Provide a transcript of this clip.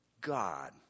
God